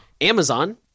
Amazon